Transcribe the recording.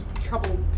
trouble